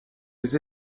les